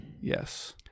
yes